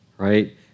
right